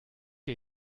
dir